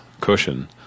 cushion